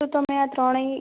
શું તમે આ ત્રણેય